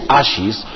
ashes